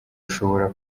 ushobora